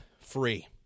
free